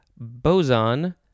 Boson